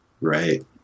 Right